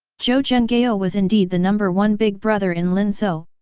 zhou zhenghao ah was indeed the number one big brother in linzhou,